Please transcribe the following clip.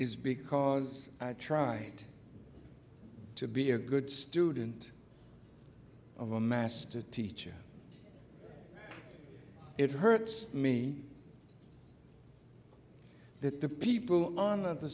is because i tried to be a good student of a master teacher it hurts me that the people